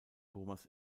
thomas